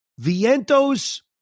Vientos